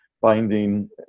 binding